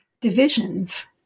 divisions